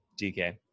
DK